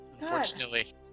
Unfortunately